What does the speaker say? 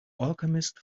alchemist